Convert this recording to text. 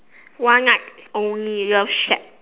one night only love shack